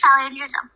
challenges